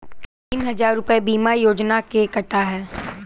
तीन हजार रूपए बीमा योजना के कटा है